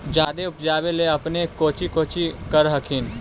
जादे उपजाबे ले अपने कौची कौची कर हखिन?